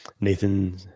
Nathan